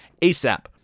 ASAP